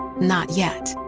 not yet.